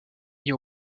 mis